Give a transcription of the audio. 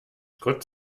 gott